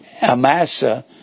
Amasa